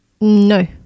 No